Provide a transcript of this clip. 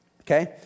Okay